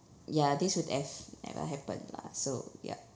ya this would have never happened lah so ya